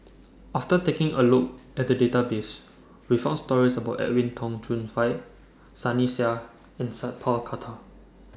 after taking A Look At The Database We found stories about Edwin Tong Chun Fai Sunny Sia and Sat Pal Khattar